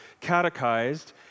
catechized